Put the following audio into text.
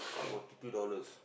forty two dollars